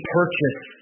purchase